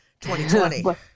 2020